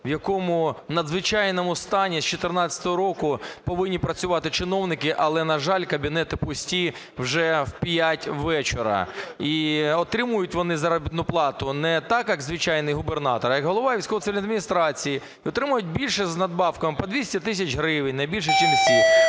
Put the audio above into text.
в якому в надзвичайному стані з 14-го року повинні працювати чиновники, але, на жаль, кабінети пусті вже в п’ять вечора. І отримують вони заробітну плату не так як звичайний губернатор, а як голова військово-цивільної адміністрації, і отримують більше з надбавками – по 200 тисяч гривень, найбільше ніж всі.